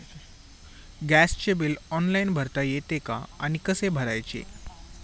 गॅसचे bill online भरता येते का आणि कसे भरायचे?